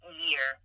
year